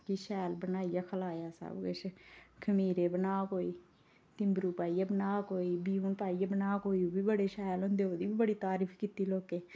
भी शैल बनाइयै खलाया सब किश खमीरे बना कोई तिमरू बनाइयै बना कोई ब्यून बनाइयै बना कोई ओह्बी बड़े शैल होंदे ओह्दी बी बड़ी तारीफ कीती लोकें